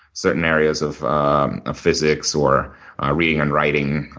certain areas of ah physics or reading and writing.